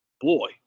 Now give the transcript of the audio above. boy